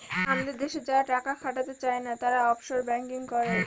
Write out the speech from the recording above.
আমাদের দেশে যারা টাকা খাটাতে চাই না, তারা অফশোর ব্যাঙ্কিং করে